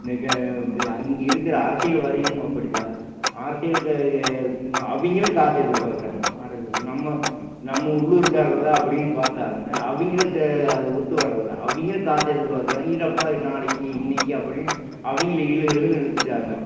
அங்கிருக்கிற அரசியல்வாதிகளும் அப்படித்தான் அரசியல்காரங்க அவங்களும் காசு எதிர்பார்க்குறாங்க ஆனால் அது நம்ம நம்ம உள்ளூர்காரர் தான் அப்படினு பார்த்தாலுமே அவங்களுக்கு ஒத்து வரதில்ல அவங்க காசு எதிர்பார்க்குறாங்க இதை போய் நாளைக்கு இன்னிக்கி அப்படினு அவங்கள இழு இழுன்னு இழுத்துவிட்டாங்க